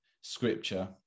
scripture